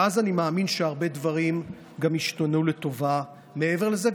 ואז אני מאמין שהרבה דברים גם ישתנו לטובה מעבר לזה.